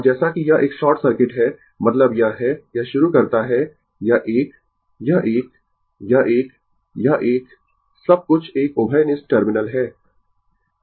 और जैसा कि यह एक शॉर्ट सर्किट है मतलब यह है यह शुरु करता है यह एक यह एक यह एक यह एक सब कुछ एक उभयनिष्ठ टर्मिनल है